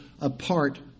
apart